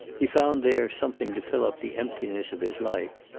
he found there something to fill up the emptiness of his life.